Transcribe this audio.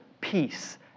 peace